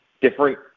different